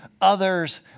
others